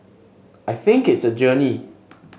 I think it's a journey